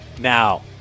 Now